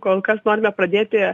kol kas norime pradėti